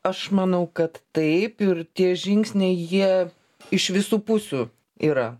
aš manau kad taip ir tie žingsniai jie iš visų pusių yra